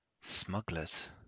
Smugglers